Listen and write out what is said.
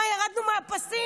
מה, ירדנו מהפסים?